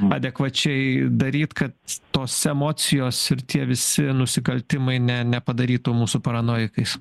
adekvačiai daryt kad tos emocijos ir tie visi nusikaltimai ne nepadarytų mūsų paranojikais